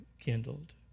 kindled